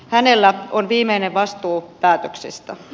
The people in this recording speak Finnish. hänellä on viimeinen vastuu päätöksestä